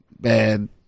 bad